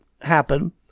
happen